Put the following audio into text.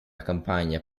campagna